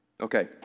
Okay